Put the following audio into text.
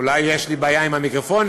אולי יש לי בעיה עם המיקרופונים,